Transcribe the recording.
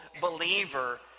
believer